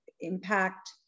impact